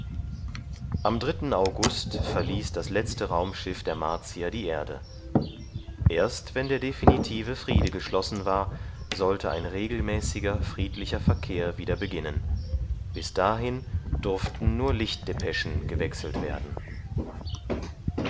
am dritten august verließ das letzte raumschiff der martier die erde erst wenn der definitive friede geschlossen war sollte ein regelmäßiger friedlicher verkehr wieder beginnen bis dahin durften nur lichtdepeschen gewechselt werden